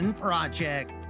Project